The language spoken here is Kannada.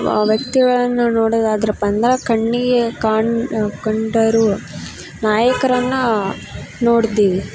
ವ್ಯಕ್ತಿಗಳನ್ನ ನೋಡೋದಾದರಪ್ಪ ಅಂದರ ಕಣ್ಣಿಗೆ ಕಾಣ್ ಕಂಡರೂ ನಾಯಕರನ್ನ ನೋಡ್ತೀವಿ